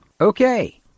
Okay